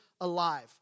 alive